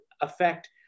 affect